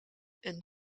een